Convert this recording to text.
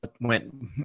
went